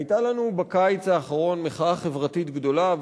היתה לנו בקיץ האחרון מחאה חברתית גדולה,